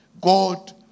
God